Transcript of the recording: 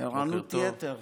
ערנות יתר.